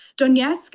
Donetsk